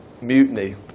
mutiny